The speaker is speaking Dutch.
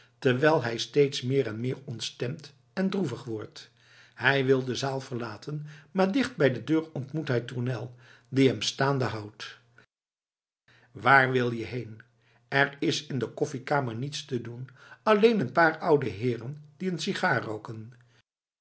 terwijl hij steeds meer en meer ontstemd en droevig wordt hij wil de zaal verlaten maar dicht bij de deur ontmoet hij tournel die hem staande houdt waar wil je heen er is in de koffiekamer niets te doen alleen een paar oude heeren die een